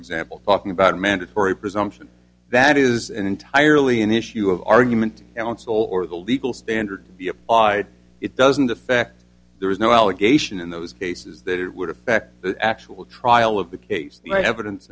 example talking about mandatory presumption that is entirely an issue of argument now in seoul or the legal standard be applied it doesn't affect there is no allegation in those cases that it would affect the actual trial of the case the evidence